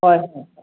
ꯍꯣꯏ ꯍꯏ